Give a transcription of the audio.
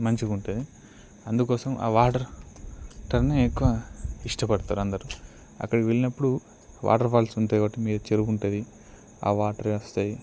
మంచిగా ఉంటుంది అందుకోసం ఆ వాట ర్ టర్ని ఎక్కువ ఇష్టపడతారు అందరూ అక్కడికి వెళ్ళినప్పుడు వాటర్ఫాల్స్ ఉంటాయి కాబట్టి మీద చెరువు ఉంటుంది ఆ వాటరే వస్తాయి